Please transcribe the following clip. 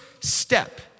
step